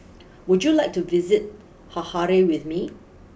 would you like to visit Harare with me